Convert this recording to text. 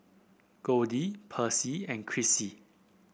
Goldie Percy and Krissy